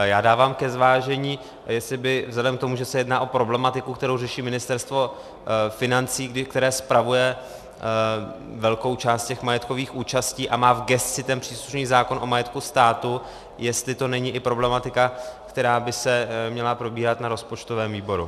Já dávám ke zvážení, jestli by vzhledem k tomu, že se jedná o problematiku, kterou řeší Ministerstvo financí, které spravuje velkou část majetkových účastí a má v gesci příslušný zákon o majetku státu, jestli to není i problematika, která by se měla probírat na rozpočtovém výboru.